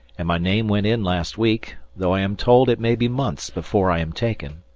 and my name went in last week, though i am told it may be months before i am taken,